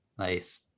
nice